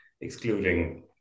excluding